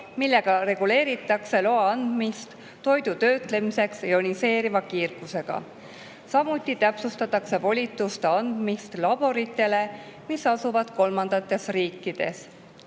millega reguleeritakse loa andmist toidu töötlemiseks ioniseeriva kiirgusega. Samuti täpsustatakse volituste andmist laboritele, mis asuvad kolmandates riikides.